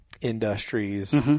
industries